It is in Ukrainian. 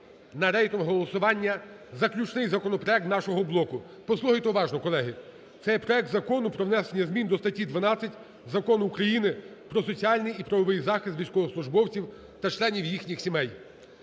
на рейтингове голосування заключний законопроект нашого блоку. Послухайте уважно, колеги. Це проект Закону про внесення зміни до статті 12 Закону України "Про соціальний і правовий захист військовослужбовців та членів їх сімей"